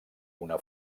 una